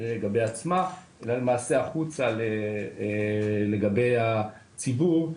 לגבי עצמה אלא למעשה החוצה לגבי הציבור.